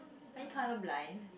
are you colour blind